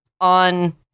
on